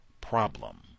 problem